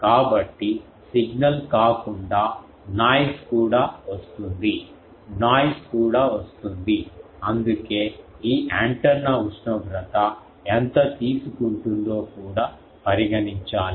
కాబట్టి సిగ్నల్ కాకుండా నాయిస్ కూడా వస్తుంది నాయిస్ కూడా వస్తుంది అందుకే ఈ యాంటెన్నా ఉష్ణోగ్రత ఎంత తీసుకుంటుందో కూడా పరిగణించాలి